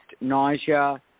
nausea